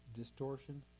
distortion